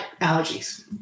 allergies